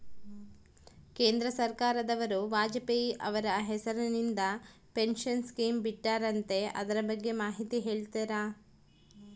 ಕೇಂದ್ರ ಸರ್ಕಾರದವರು ವಾಜಪೇಯಿ ಅವರ ಹೆಸರಿಂದ ಪೆನ್ಶನ್ ಸ್ಕೇಮ್ ಬಿಟ್ಟಾರಂತೆ ಅದರ ಬಗ್ಗೆ ಮಾಹಿತಿ ಹೇಳ್ತೇರಾ?